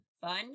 fun